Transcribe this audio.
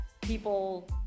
people